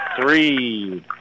three